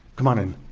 come on in.